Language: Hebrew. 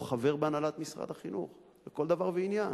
הוא חבר בהנהלת משרד החינוך לכל דבר ועניין.